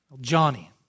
Johnny